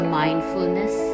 mindfulness